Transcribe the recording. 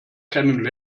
keinen